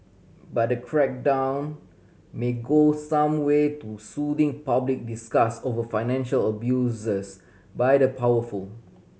but the crackdown may go some way to soothing public disgust over financial abuses by the powerful